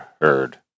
heard